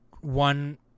one